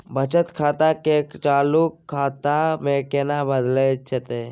बचत खाता के चालू खाता में केना बदलल जेतै?